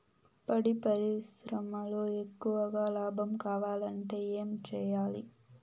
పాడి పరిశ్రమలో ఎక్కువగా లాభం కావాలంటే ఏం చేయాలి?